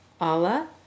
Allah